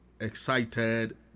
excited